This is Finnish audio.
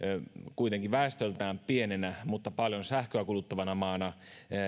kuitenkin väestöltään pienenä mutta paljon sähköä kuluttavana maana